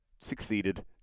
succeeded